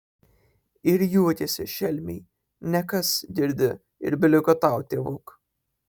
ir juokėsi šelmiai nekas girdi ir beliko tau tėvuk